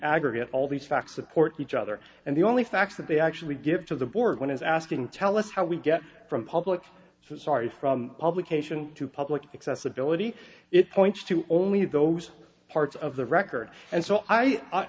aggregate all these facts support each other and the only facts that they actually give to the board one is asking tell us how we get from public sorry from publication to public accessibility it points to only those parts of the record and so i